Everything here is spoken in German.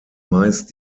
meist